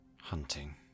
Hunting